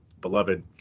beloved